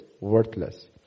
worthless